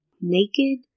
Naked